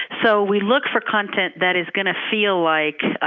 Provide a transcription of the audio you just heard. so we look for content that is going to feel like